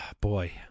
Boy